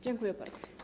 Dziękuję bardzo.